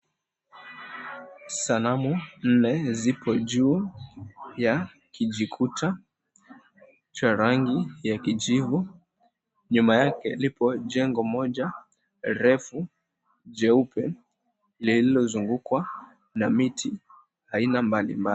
Sanamu nne zipo juu ya kijikuta, cha rangi ya kijivu, nyuma yake lipo jengo moja, refu jeupe lilo zungukwa, na miti aina mbalimbali.